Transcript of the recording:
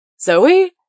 Zoe